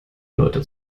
leute